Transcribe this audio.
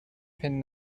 pin